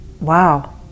wow